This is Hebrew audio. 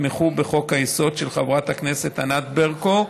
שיתמכו בחוק-היסוד של חברת הכנסת ענת ברקו,